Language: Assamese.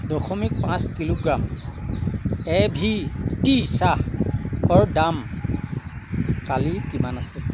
দশমিক পাঁচ কিলোগ্ৰাম এ ভি টি চাহৰ দাম কালি কিমান আছিল